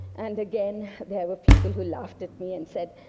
and again, there were people who laughed at me and said,